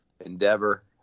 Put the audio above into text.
endeavor